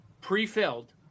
pre-filled